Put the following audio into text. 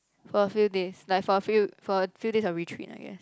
for a few days like for a few for a few days of retreat I guess